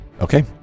Okay